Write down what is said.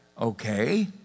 okay